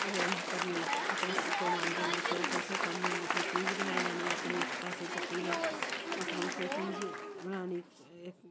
करनियां अपने कमाई करनी कुतै किश कम्म औंदा कोई चीज बनाई लैनी अपनी पैसे बट्टियै अपनी कोई चीज बनानी